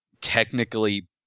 technically